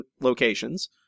locations